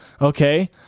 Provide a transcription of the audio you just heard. Okay